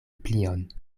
plion